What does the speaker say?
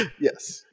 Yes